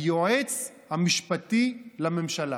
היועץ המשפטי לממשלה